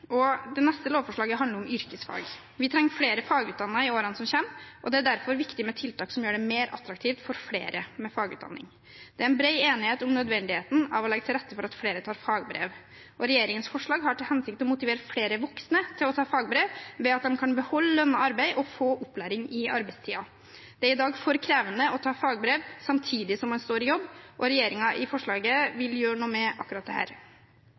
og det neste lovforslaget handler om yrkesfag. Vi trenger flere fagutdannede i årene som kommer, og det er derfor viktig med tiltak som gjør det mer attraktivt for flere med fagutdanning. Det er en bred enighet om nødvendigheten av å legge til rette for at flere tar fagbrev. Regjeringens forslag har til hensikt å motivere flere voksne til å ta fagbrev, ved at de kan beholde lønnet arbeid og få opplæring i arbeidstiden. Det er i dag for krevende å ta fagbrev samtidig som man står i jobb, og regjeringen vil i dette forslaget gjøre noe med akkurat